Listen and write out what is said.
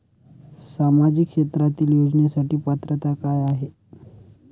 सामाजिक क्षेत्रांतील योजनेसाठी पात्रता काय आहे?